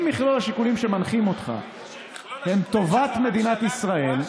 אם מכלול השיקולים שמנחים אותך הם טובת מדינת ישראל,